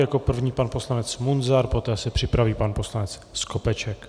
Jako první pan poslanec Munzar, poté se připraví pan poslanec Skopeček.